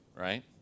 right